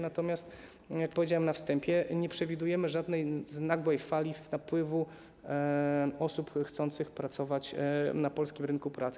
Natomiast, tak jak powiedziałem na wstępie, nie przewidujemy żadnej nagłej fali napływu osób chcących pracować na polskim rynku pracy.